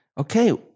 Okay